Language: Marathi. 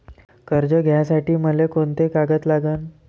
कर्ज घ्यासाठी मले कोंते कागद लागन?